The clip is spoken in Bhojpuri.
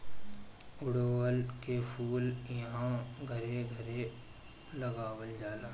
अढ़उल के फूल इहां घरे घरे लगावल जाला